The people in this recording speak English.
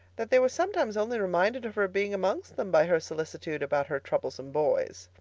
that they were sometimes only reminded of her being amongst them by her solicitude about her troublesome boys.